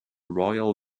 royal